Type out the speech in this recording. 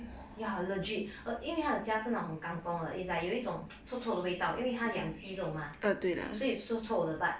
ya legit 因为她的家是那种很 kampung 的有一种臭臭的味道因为她养鸡这种 mah 所以臭臭的 but